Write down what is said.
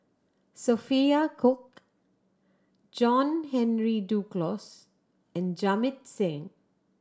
Sophia Cooke John Henry Duclos and Jamit Singh